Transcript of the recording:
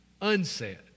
unsaid